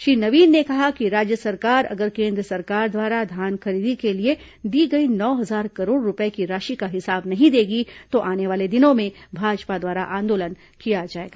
श्री नवीन ने कहा कि राज्य सरकार अगर केन्द्र सरकार द्वारा धान खरीदी के लिए दी गई नौ हजार करोड़ रूपये की राशि का हिसाब नहीं देगी तो आने वाले दिनों में भाजपा द्वारा आंदोलन किया जाएगा